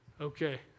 Okay